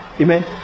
Amen